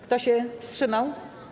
Kto się wstrzymał?